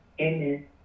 Amen